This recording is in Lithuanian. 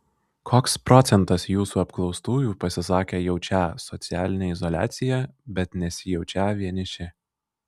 koks procentas jūsų apklaustųjų pasisakė jaučią socialinę izoliaciją bet nesijaučią vieniši